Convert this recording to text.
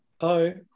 Hi